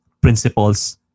principles